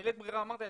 בלית ברירה אמרתי לה,